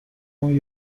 اون